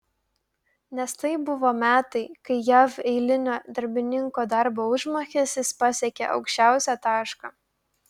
nes tai buvo metai kai jav eilinio darbininko darbo užmokestis pasiekė aukščiausią tašką